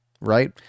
Right